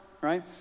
right